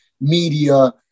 media